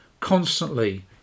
constantly